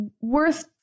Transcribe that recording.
worth